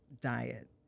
diet